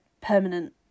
permanent